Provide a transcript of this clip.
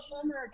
summer